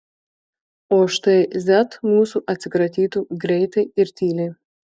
o štai z mūsų atsikratytų greitai ir tyliai